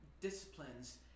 disciplines